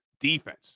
defense